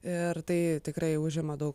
ir tai tikrai užima daug